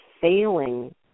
failing